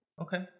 Okay